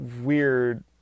weird